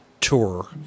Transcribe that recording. tour